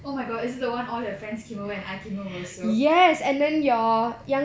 oh my god it's it the one all your friends came over and I came over also